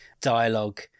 dialogue